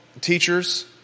teachers